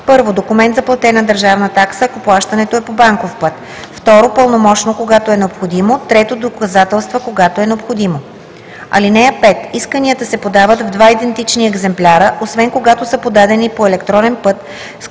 1. документ за платена държавна такса, ако плащането е по банков път; 2. пълномощно, когато е необходимо; 3. доказателства, когато е необходимо. (5) Исканията се подават в два идентични екземпляра, освен когато са подадени по електронен път с